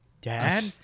dad